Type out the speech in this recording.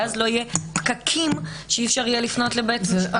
ואז לא יהיו פקקים ואי-אפשר יהיה לפנות לבית משפט.